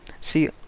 see